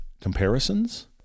comparisons